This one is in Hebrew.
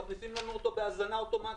מכניסים לנו אותו בהזנה אוטומטית.